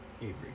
Avery